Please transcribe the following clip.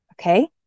okay